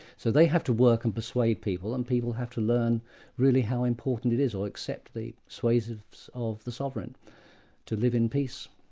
so they have to work and persuade people, and people have to learn really how important it is, or accept the suasives of the sovereign to live in peace.